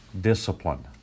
discipline